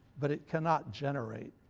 but it cannot generate